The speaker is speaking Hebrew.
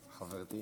אני